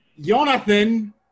Jonathan